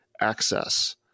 access